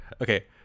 Okay